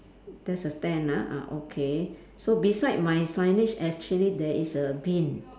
there's a stand ah ah okay so beside my signage actually there is a bin